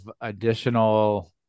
additional